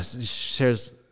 shares